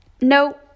No